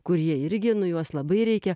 kurie irgi juos labai reikia